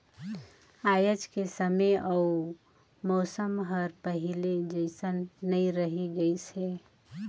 आयज के समे अउ मउसम हर पहिले जइसन नइ रही गइस हे